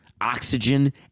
oxygen